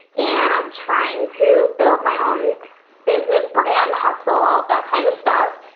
and i'm trying to build my own business, brand, hustle, all that kind of stuff,